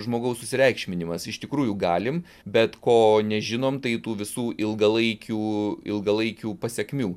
žmogaus susireikšminimas iš tikrųjų galim bet ko nežinom tai tų visų ilgalaikių ilgalaikių pasekmių